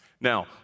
Now